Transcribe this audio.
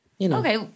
Okay